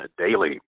Daily